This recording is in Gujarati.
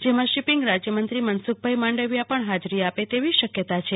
જેમાં શપિંગ રાજયમંત્રી મનસુખભાઈ માંડવિયા પણ ફાજરી આપે તેવી શક્યતા છે